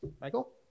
Michael